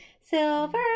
Silver